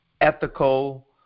ethical